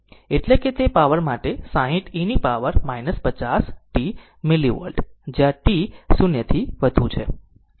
એટલે કે તે પાવર માટે 60 e ની પાવર 50 t મિલીવોટ જ્યાં t 0 થી વધુ છે